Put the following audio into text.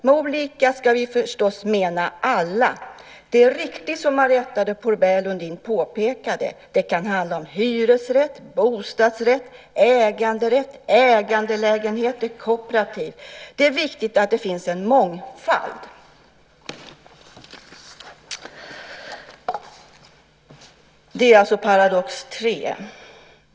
Med olika ska vi förstås mena alla. Det är helt riktigt som Marietta de Pourbaix-Lundin påpekade. Det kan handla om hyresrätt, bostadsrätt, äganderätt, ägandelägenheter, kooperativ. Det är viktigt att det finns en mångfald." Detta var alltså paradox tre.